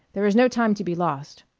there is no time to be lost.